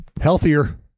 Healthier